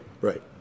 Right